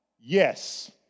yes